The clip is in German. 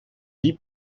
jeep